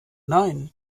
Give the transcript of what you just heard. nein